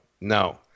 No